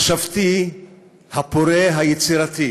המחשבתי הפורה, היצירתי.